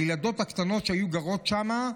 הילדות הקטנות שהיו גרות שם.